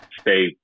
stay